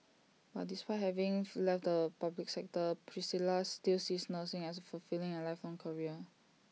but despite having left the public sector Priscilla still sees nursing as A fulfilling and lifelong career